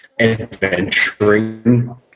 adventuring